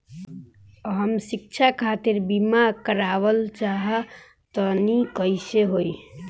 हम शिक्षा खातिर बीमा करावल चाहऽ तनि कइसे होई?